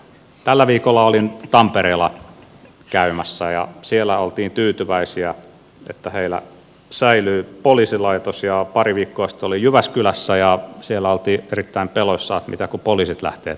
tällä viikolla olin tampereella käymässä ja siellä oltiin tyytyväisiä että heillä säilyy poliisilaitos ja pari viikkoa sitten olin jyväskylässä ja siellä oltiin erittäin peloissaan että mitä kun poliisit lähtevät täältä pois